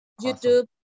YouTube